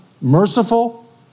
merciful